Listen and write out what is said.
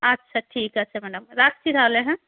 আচ্ছা ঠিক আছে ম্যাডাম রাখছি তাহলে হ্যাঁ